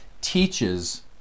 teaches